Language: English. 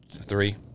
three